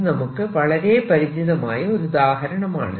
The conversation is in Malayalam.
ഇത് നമുക്ക് വളരെ പരിചിതമായ ഒരു ഉദാഹരണമാണ്